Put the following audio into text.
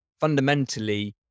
fundamentally